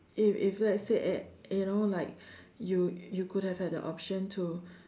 if if let's say at you know like you you could have have an option to